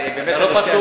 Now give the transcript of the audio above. אתה לא פטור